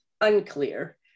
Unclear